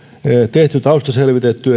tehty taustaselvitystä